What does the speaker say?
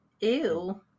Ew